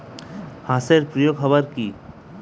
হাঁস এর প্রিয় খাবার কি?